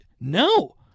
no